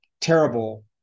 terrible